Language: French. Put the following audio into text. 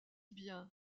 bien